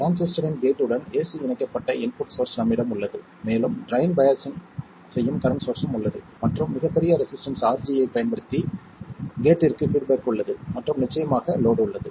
டிரான்சிஸ்டரின் கேட் உடன் ஏஸி இணைக்கப்பட்ட இன்புட் சோர்ஸ் நம்மிடம் உள்ளது மேலும் ட்ரைன் பையாஸ்சிங் செய்யும் கரண்ட் சோர்ஸ்ஸும் உள்ளது மற்றும் மிகப் பெரிய ரெசிஸ்டன்ஸ் RG ஐப் பயன்படுத்தி கேட்டிற்கு பீட்பேக் உள்ளது மற்றும் நிச்சயமாக லோட் உள்ளது